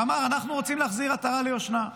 ואמר: אנחנו רוצים להחזיר עטרה ליושנה.